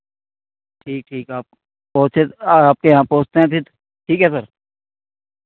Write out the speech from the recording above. ठीक ठीक आप पहुँचे आपके यहाँ पहुँचते हैं फिर ठीक है सर